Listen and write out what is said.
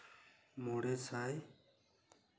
ᱢᱚᱬᱮ ᱥᱟᱭ